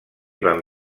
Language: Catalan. van